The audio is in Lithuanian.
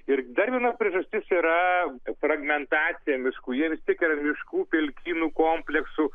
ir dar viena priežastis yra fragmentacija miškų jie vis tiek yra miškų pelkynų kompleksų